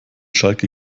schalke